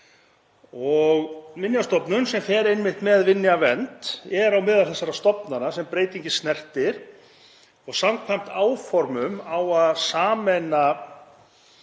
Minjastofnun, sem fer einmitt með minjavernd, er á meðal þeirra stofnana sem breytingin snertir. Samkvæmt áformum á að sameina